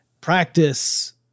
practice